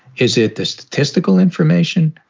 is it the statistical information?